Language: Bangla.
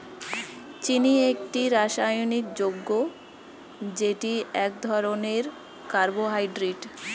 চিনি একটি রাসায়নিক যৌগ যেটি এক ধরনের কার্বোহাইড্রেট